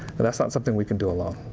and that's not something we can do along